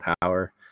power